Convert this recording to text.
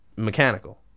mechanical